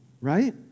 Right